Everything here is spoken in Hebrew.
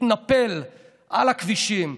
התנפל על הכבישים,